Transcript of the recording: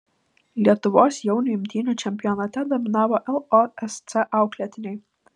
lietuvos jaunių imtynių čempionate dominavo losc auklėtiniai